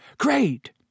Great